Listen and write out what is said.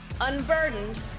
unburdened